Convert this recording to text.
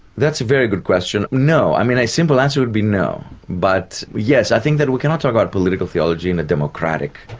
that's a very good question. no, i mean, a simple answer would be no, but yes, i think that we cannot talk about political theology in a democratic,